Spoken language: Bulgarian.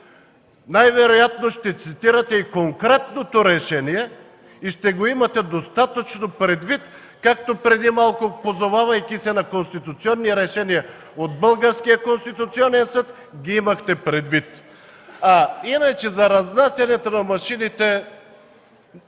най-вероятно ще цитирате конкретното решение и ще го имате достатъчно предвид, както преди малко, позовавайки се на конституционни решения от българския Конституционен съд, ги имахте предвид. Иначе за разнасянето на машините